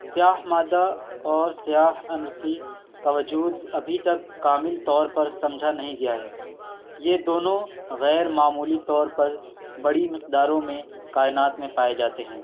سیاہ مادہ اور سیاہ انرجی کا وجود ابھی تک کامل طور پر سمجھا نہیں گیا ہے یہ دونوں غیر معمولی طور پر بڑی مقداروں میں کائنات میں پائے جاتے ہیں